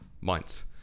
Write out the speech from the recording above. months